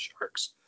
Sharks